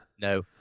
No